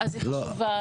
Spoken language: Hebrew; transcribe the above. היא חשובה.